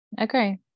okay